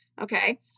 Okay